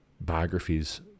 biographies